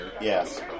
Yes